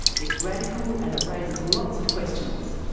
it's radical, and it raises lots of questions.